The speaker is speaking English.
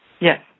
Yes